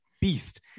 beast